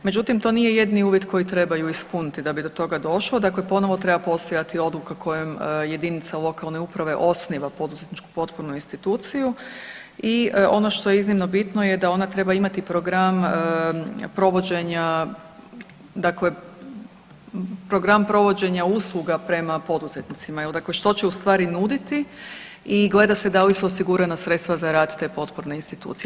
Međutim, to nije jedini uvjet koji trebaju ispuniti da bi do toga došlo, dakle ponovo treba postojati odluka kojom jedinica lokalne uprave osniva poduzetničku potpornu instituciju i ono što iznimno bitno je da ona treba imati program provođenja, dakle program provođenja usluga prema poduzetnicima jel, dakle što će u stvari nuditi i gleda se da li su osigurana sredstva za rad te potporne institucije.